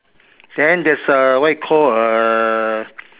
then there's a what you call a